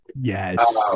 yes